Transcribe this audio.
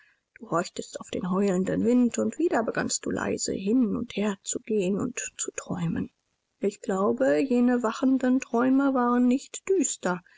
du horchtest auf den heulenden wind und wieder begannst du leise hin und her zu gehen und zu träumen ich glaube jene wachenden träume waren nicht düster